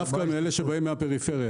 זה רלוונטי דווקא לאלה שבאים מהפריפריה.